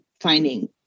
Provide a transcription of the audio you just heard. finding